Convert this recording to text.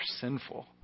sinful